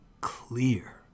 clear